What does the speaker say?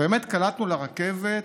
באמת קלטנו ברכבת